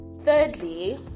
Thirdly